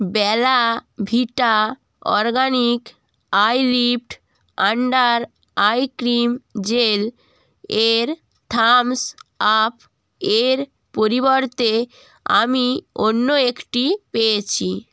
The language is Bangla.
বেলা Vita organic eye lift under eye cream gel এর থাম্বস আপ এর পরিবর্তে আমি অন্য একটি পেয়েছি